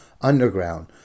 Underground